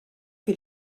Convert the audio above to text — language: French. que